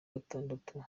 gatandatu